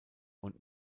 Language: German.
und